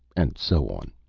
and so on,